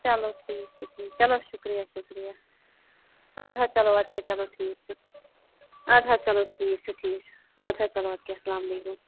چلو ٹھیٖک چھُ ٹھیٖک چلو شُکرِیہ شُکرِیہ اَدٕ حظ چلو اَدٕ کیٛاہ چلو ٹھیک چھُ اَدٕ حظ چلو ٹھیٖک چھُ ٹھیٖک چھُ اَدٕ حظ چلو اَدٕ کیٛاہ السلامُ علیکُم